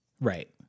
Right